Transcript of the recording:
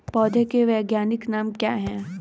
पौधों के वैज्ञानिक नाम क्या हैं?